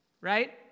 right